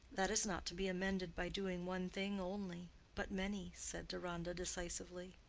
that is not to be amended by doing one thing only but many, said deronda, decisively.